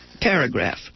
paragraph